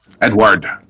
Edward